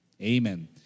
Amen